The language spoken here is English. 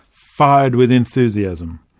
fired with enthusiasm!